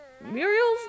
Muriel's